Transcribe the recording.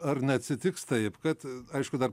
ar neatsitiks taip kad aišku dar